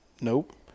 Nope